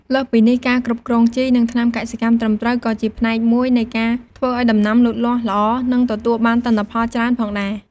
លើសពីនេះការគ្រប់គ្រងជី និងថ្នាំកសិកម្មត្រឹមត្រូវក៏ជាផ្នែកមួយនៃការធ្វើឲ្យដំណាំលូតលាស់ល្អ និងទទួលបានទិន្នផលច្រើនផងដែរ។